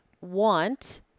want